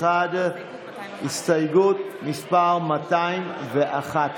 סיימנו את ההסתייגויות, כל ההסתייגויות מ-192 עד